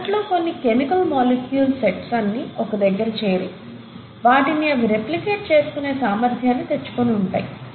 మొదట్లో కొన్ని chemical molecules sets అన్ని ఒక దగ్గర చేరి వాటిని అవి రెప్లికేట్ చేసుకునే సామర్ధ్యం తెచ్చుకుని ఉంటాయి